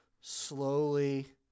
slowly